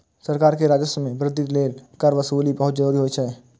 सरकार के राजस्व मे वृद्धि लेल कर वसूली बहुत जरूरी होइ छै